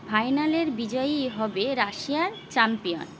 ফাইনালের বিজয়ীই হবে রাশিয়ার চ্যাম্পিয়ন